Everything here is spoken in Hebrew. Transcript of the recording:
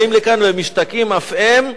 באים לכאן ומשתקעים אף הם.